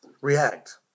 react